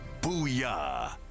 Booyah